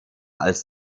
als